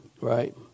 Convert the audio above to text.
right